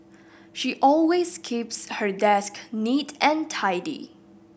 she always keeps her desk neat and tidy